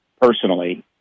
personally